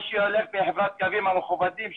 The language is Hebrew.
ההתנהלות מול חברה פרטית היא אחרת.